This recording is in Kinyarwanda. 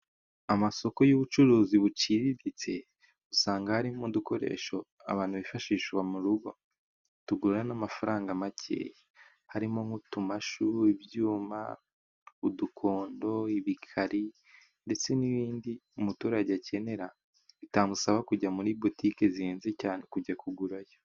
Amasoko y'ubucuruzi buciriritse, usanga harimo udukoresho abantu bifashisha mu rugo. Tugura n'amafaranga make, harimo nk'utumashu, ibyuma, udukondo, ibikari, ndetse n'ibindi umuturage akenera bitamusaba kujya muri bUtike zihenze cyane kujya kugurayo.